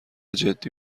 جدی